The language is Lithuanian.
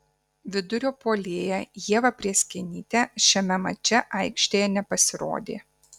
vidurio puolėja ieva prėskienytė šiame mače aikštėje nepasirodė